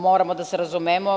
Moramo da se razumemo.